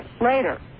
later